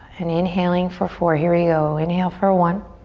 and inhaling for four, here we go. inhale for one,